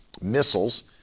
missiles